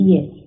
Yes